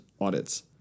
audits